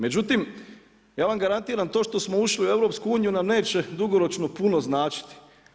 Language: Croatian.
Međutim, ja vam garantiram, to što smo ušli u EU, nam neće dugoročno puno značiti.